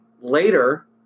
Later